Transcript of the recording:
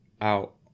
out